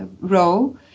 role